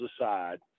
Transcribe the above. aside